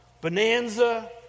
Bonanza